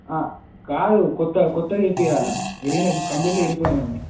కాదు కొత్త కొత్తగా వేయించాలి ఇరిగిన కంప్లీట్గా ఇరిపోయినాయి అవి